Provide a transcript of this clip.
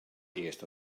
earste